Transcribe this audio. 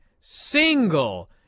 single